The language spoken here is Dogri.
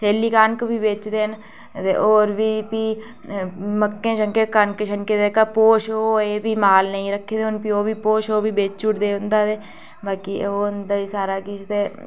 सैल्ली कनक बी बेचदे न ते होर बी भी मक्कें कनकै दा जेह्का भोऽ होऐ भी ते जि'नें माल नेईं रक्खे दे होन ते ओह् भो बेची ओड़दे उं'दा ते बाकी होर होंदा सारा किश ते